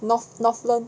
north northland